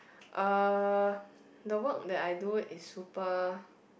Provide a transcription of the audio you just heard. uh the work that I do is super